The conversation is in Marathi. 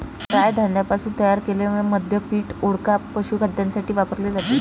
राय धान्यापासून तयार केलेले मद्य पीठ, वोडका, पशुखाद्यासाठी वापरले जाते